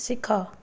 ଶିଖ